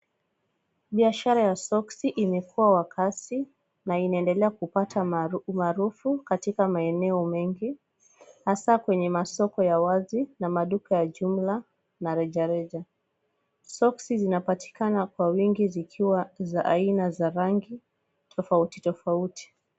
Biashara ya soksi imekuwa kwa kasi na inanedelea kupata umaarufu katika maeneo mengi hasa kwenye masoko ya wazi na maduka ya jumla na rejareja. Soksi zinapatikana kwa wingi zikiwa za aina tofautitofauti.